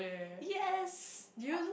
yes